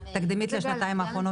תקדימית לשנתיים האחרונות אולי.